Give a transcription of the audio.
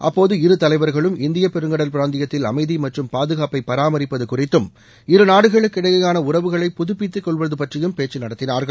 அப்போது இரு தலைவர்களும் இந்திய பெருங்கடல் பிராந்தியத்தில் அமைதி மற்றும் பாதுகாப்பை பராமரிப்பது குறித்தும் இரு நாடுகளுக்கு இடையேயான உறவுகளை புதுப்பித்துக்கொள்வது பற்றியும் பேச்சு நடத்தினார்கள்